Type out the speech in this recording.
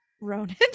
Ronan